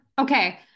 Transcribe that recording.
okay